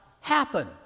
happen